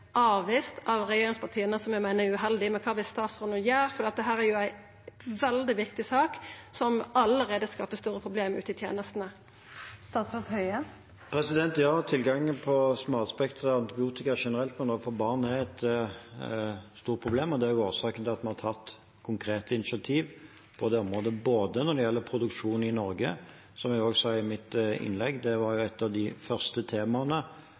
avvist av regjeringspartia, som eg meiner er uheldig. Men kva vil statsråden no gjera, for dette er ei veldig viktig sak som allereie skapar store problem ute i tenestene. Ja, tilgangen på smalspektret antibiotika generelt, men også for barn, er et stort problem. Det er årsaken til at vi har tatt konkrete initiativ på det området når det gjelder produksjon i Norge, som jeg også sa i mitt innlegg. Det var et av de første temaene